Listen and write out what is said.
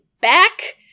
back